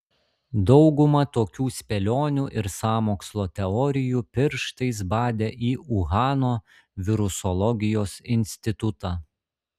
dauguma tokių spėlionių ir sąmokslo teorijų pirštais badė į uhano virusologijos institutą